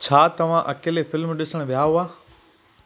छा तव्हां अकेले फ़िल्म डि॒सणु विया हुआ